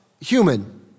human